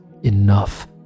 Enough